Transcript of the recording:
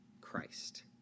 Christ